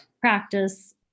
practice